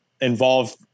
involve